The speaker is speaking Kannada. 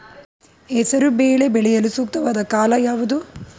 ಹೆಸರು ಬೇಳೆ ಬೆಳೆಯಲು ಸೂಕ್ತವಾದ ಕಾಲ ಯಾವುದು?